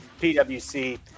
PwC